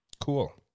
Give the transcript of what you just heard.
Cool